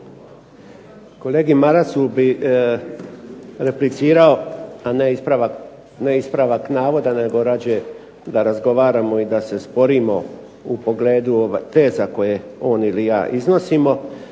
Kolegi Marasu bi replicirao, a ne ispravak navoda, nego rađe da razgovaramo i da se sporimo u pogledu teza koje on ili ja iznosimo,